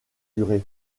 curé